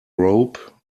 rope